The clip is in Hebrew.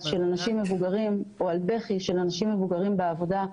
של אנשים מבוגרים או על בכי של אנשים מבוגרים בעבודה.